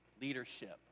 leadership